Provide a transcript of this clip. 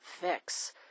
fix